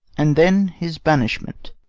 and then his banishment.